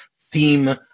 theme